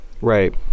right